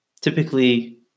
typically